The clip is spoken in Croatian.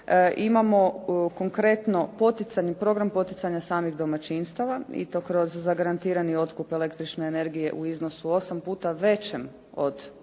imamo konkretno poticajni program poticanja samih domaćinstava i to kroz zagarantirani otkup električne energije u iznosu osam puta većem od